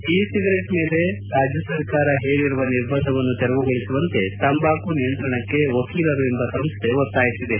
E cigarette ಮೇಲೆ ರಾಜ್ಯ ಸರ್ಕಾರ ಹೇರಿರುವ ನಿರ್ಬಂಧವನ್ನು ತೆರವುಗೊಳಿಸುವಂತೆ ತಂಬಾಕು ನಿಯಂತ್ರಣಕ್ಕೆ ವಕೀಲರು ಎಂಬ ಸಂಸ್ಥೆ ಆಗ್ರಹಿಸಿದೆ